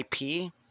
ip